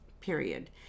period